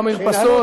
במרפסות,